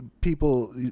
people